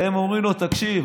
והם אומרים לו: תקשיב,